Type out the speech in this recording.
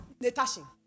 Natasha